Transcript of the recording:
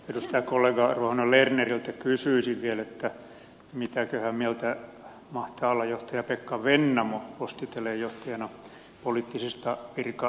edustajakollega ruohonen lerneriltä kysyisin vielä mitäköhän mieltä mahtaa olla johtaja pekka vennamo posti telen johtajana poliittisista virkanimityksistä